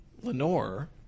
Lenore